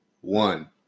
One